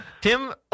Tim